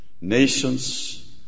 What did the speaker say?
nations